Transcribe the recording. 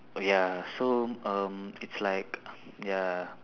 ya so um it's like ya